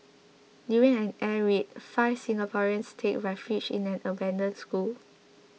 during an air raid five Singaporeans take refuge in an abandoned school